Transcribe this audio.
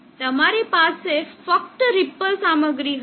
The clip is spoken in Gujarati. તમારી પાસે ફક્ત રીપલ સામગ્રી હશે